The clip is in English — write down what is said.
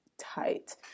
tight